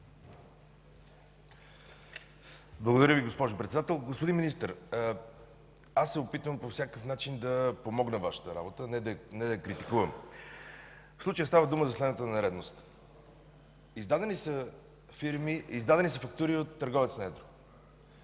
Благодаря Ви, госпожо Председател. Господин Министър, аз се опитвам по всякакъв начин да помогна Вашата работа, а не да я критикувам. В случая става дума за следната нередност. Издадени са фактури от търговец на едро